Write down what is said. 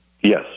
Yes